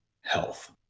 health